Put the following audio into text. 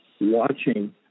watching